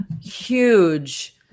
huge